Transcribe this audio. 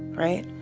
right?